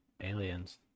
aliens